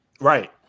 Right